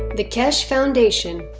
the keshe foundation,